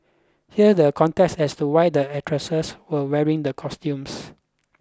here the context as to why the actresses were wearing the costumes